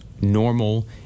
normal